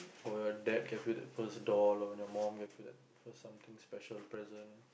or your dad gave you that first doll or your mum gave you that first something special present